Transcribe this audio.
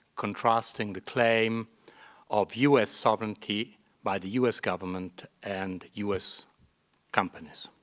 contrasting the claim of us sovereignty by the us government and us companies.